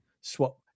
swap